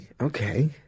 okay